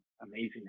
amazing